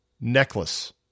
necklace